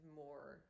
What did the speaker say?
more